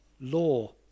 law